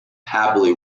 happily